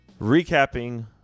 recapping